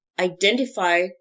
identify